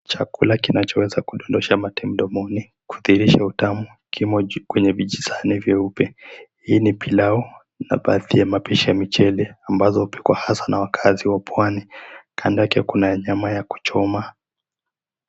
Chakula kinachoweza kudondosha mate mdomoni kudhiℎ𝑖risha utamu kimo kwenye vijisahani vyeupe, h𝑖i ni pilau na baadhi ya mapishi ya mchele ambazo hupikwa ℎ𝑎𝑠𝑎 na wakaazi wa pwani kando yake kuna nyama ya kuchoma.